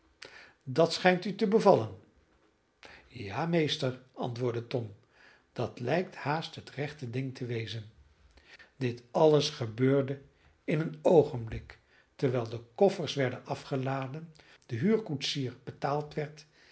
dat schijnt u te bevallen ja meester antwoordde tom dat lijkt haast het rechte ding te wezen dit alles gebeurde in een oogenblik terwijl de koffers werden afgeladen de huurkoetsier betaald werd